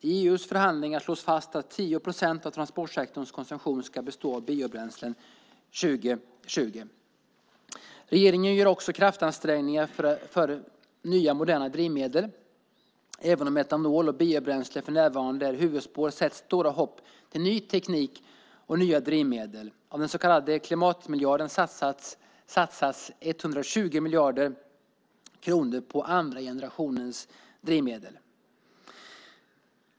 I EU:s förhandlingar slås fast att 10 procent av transportsektorns konsumtion ska bestå av biobränslen 2020. Regeringen gör också kraftansträngningar när det gäller nya moderna drivmedel. Även om etanol och biobränsle för närvarande är huvudspår sätts stora hopp till ny teknik och nya drivmedel. Av den så kallade klimatmiljarden satsas 120 miljoner kronor på andra generationens drivmedel.